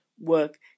work